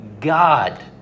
God